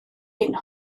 ein